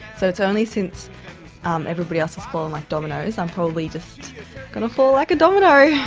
so it's only since everybody else has fallen like dominoes, i'm probably just going to fall like a domino.